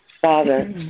Father